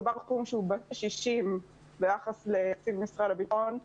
מדובר בסכום שבטל בשישים ביחס לתקציב משרד הביטחון.